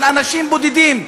של אנשים בודדים.